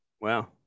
Wow